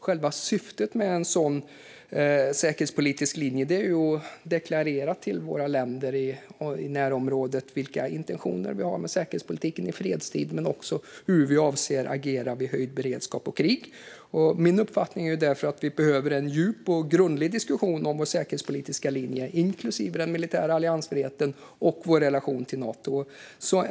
Själva syftet med en sådan linje är att deklarera för länder i närområdet vilka intentioner vi har med säkerhetspolitiken i fredstid men också hur vi avser att agera vid höjd beredskap och krig. Min uppfattning är därför att vi behöver en djup och grundlig diskussion om vår säkerhetspolitiska linje inklusive den militära alliansfriheten och vår relation till Nato. Fru talman!